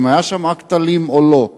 האם היה שם אקט אלים או לא,